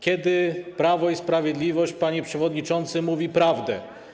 Kiedy Prawo i Sprawiedliwość, panie przewodniczący, mówi prawdę?